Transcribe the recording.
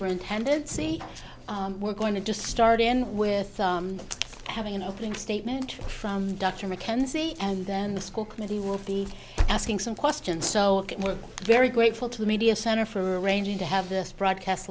superintendents see we're going to just start in with having an opening statement from dr mckenzie and then the school committee will be asking some questions so we're very grateful to the media center for arranging to have this broadcast